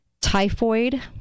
typhoid